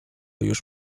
już